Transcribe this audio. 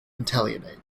italianate